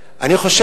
או של המדינה?